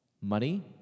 Money